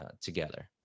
together